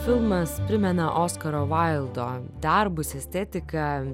filmas primena oskaro vaildo darbus estetiką